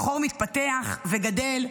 החור מתפתח וגדל,